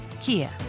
Kia